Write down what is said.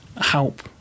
help